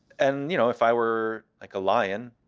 and you know if i were like a lion,